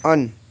on